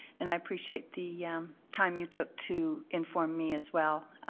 and i appreciate the yeah um time you took to inform me as well.